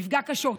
נפגע קשות,